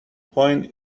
point